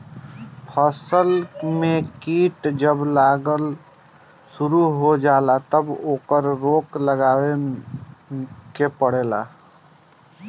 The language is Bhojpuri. फसल में कीट जब लागल शुरू हो जाला तब ओकरा के रोक लगावे के पड़ेला